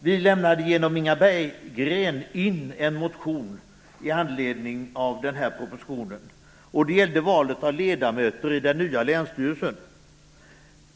Vi lämnade genom Inga Berggren in en motion med anledning av propositionen. Det gällde valet av ledamöter i den nya länsstyrelsen.